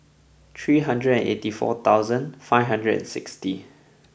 three hundred and eighty four thousand five hundred and sixty